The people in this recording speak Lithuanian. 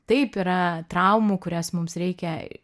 taip yra traumų kurias mums reikia